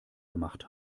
gemacht